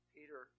Peter